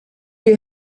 est